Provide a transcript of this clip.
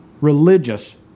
religious